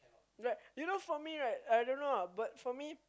right you know for me right I don't know ah but for me